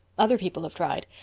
other people have tried.